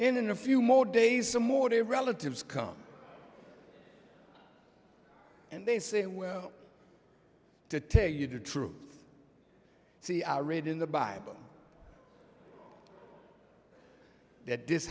in a few more days some more the relatives come and they say well to tell you the truth see i read in the bible that this